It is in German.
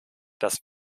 dass